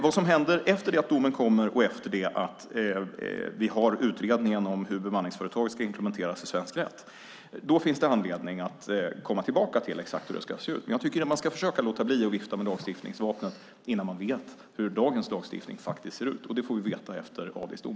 Vad som händer efter det att domen kommer och efter det att vi har utredningen om hur direktivet om bemanningsföretag ska implementeras i svensk rätt finns det anledning att komma tillbaka till hur exakt det ska se ut. Men jag tycker att man ska försöka låta bli att vifta med lagstiftningsvapnet innan man vet hur lagstiftningen ser ut. Det får vi veta efter AD:s dom.